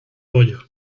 pollo